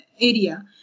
area